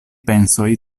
pensoj